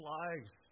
lives